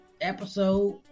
episode